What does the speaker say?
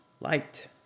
light